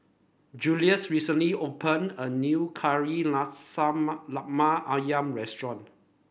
Jules recently opened a new Kari Lemak ayam restaurant